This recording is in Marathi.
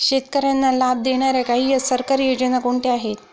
शेतकऱ्यांना लाभ देणाऱ्या काही सरकारी योजना कोणत्या आहेत?